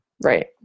Right